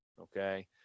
okay